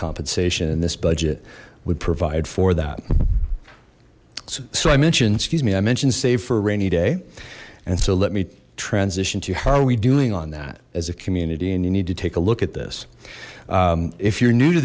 compensation and this budget would provide for that so i mentioned excuse me i mentioned save for a rainy day and so let me transition to how are we doing on that as a community and you need to take a look at this if you're new to